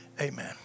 Amen